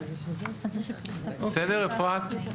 בסדר, אפרת?